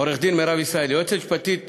עורכת-הדין מירב ישראלי, היועצת המשפטית